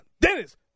Dennis